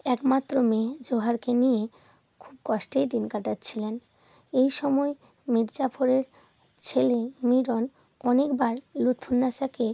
একমাত্র মেয়ে জোহরাকে নিয়ে খুব কষ্টেই দিন কাটাচ্ছিলেন এই সময় মীরজাফরের ছেলে মিরন অনেকবার লুৎফুন্নেসাকে